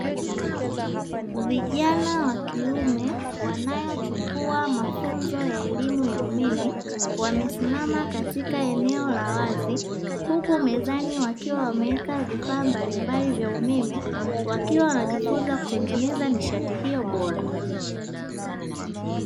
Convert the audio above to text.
Vijana wa kiume wanaochukua mafunzo ya elimu ya umeme wamesimama katika eneo la wazi huku mezani wakiwa wameweka vifaa mbalimbali vya umeme, wakiwa wanajifunza kutengeneza nishati hiyo bora.